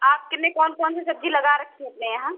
आप किने कौन कौन सी सब्जी लगा रखी अपने यहाँ